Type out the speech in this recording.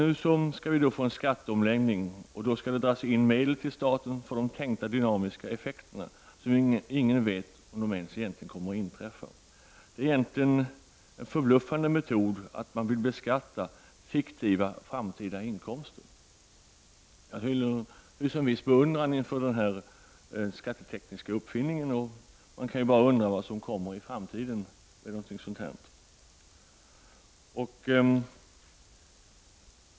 Nu skall vi få en skatteomläggning, och då skall det dras in medel till staten via de tänkta dynamiska effekterna, som ingen vet om de ens kommer att inträda. Det är egentligen en förbluffande metod att beskatta fiktiva framtida inkomster. Jag hyser en viss beundran inför den skattetekniska uppfinningen. Man kan ju undra vad som kommer i framtiden på det området.